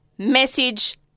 Message